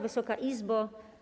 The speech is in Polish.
Wysoka Izbo!